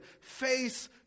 face